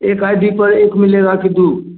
एक I D पर एक मिलेगा की दो